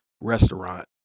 restaurant